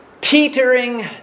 teetering